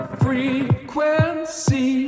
frequency